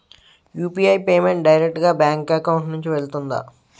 UPI payment direct గా bank account నుంచి వెళ్తుందా?